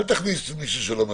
אל תכניסו מישהו שלא מתאים,